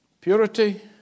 Purity